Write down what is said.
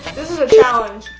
this is a challenge